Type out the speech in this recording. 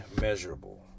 measurable